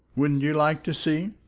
wouldn't you like to see?